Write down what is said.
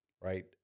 right